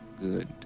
good